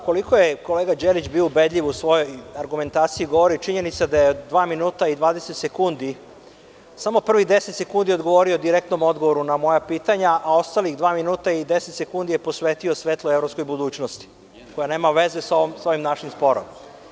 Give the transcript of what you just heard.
Koliko je Đelić bio ubedljiv u svojoj argumentaciji, govori činjenica da je dva minuta i 20 sekundi, samo prvih 10 sekundi odgovorio direktnim odgovorom na moja pitanja, a ostala dva minuta i 10 sekundi je posvetio svetloj evropskoj budućnosti, koja nema veze sa ovim našim sporom.